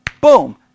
Boom